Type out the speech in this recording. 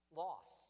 loss